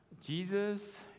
Jesus